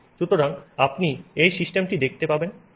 সুতরাং আপনি এই সিস্টেমটি এখানে পাবেন